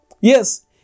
Yes